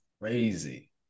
crazy